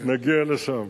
נגיע לשם.